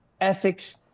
ethics